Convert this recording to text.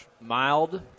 mild